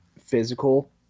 physical